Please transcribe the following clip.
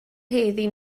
heddiw